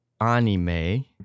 anime